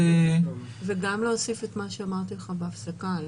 וגם להוסיף את מה שאמרתי לך בהפסקה.